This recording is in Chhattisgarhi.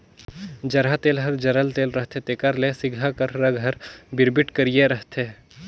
जरहा तेल हर जरल तेल रहथे तेकर ले सिगहा कर रग हर बिरबिट करिया रहथे